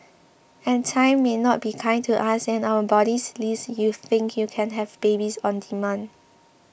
and time may not be kind to us and our bodies lest you think you can have babies on demand